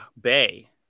Bay